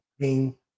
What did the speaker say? king